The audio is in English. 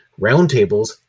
roundtables